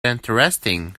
interesting